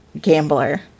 Gambler